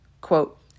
Quote